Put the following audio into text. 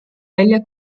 välja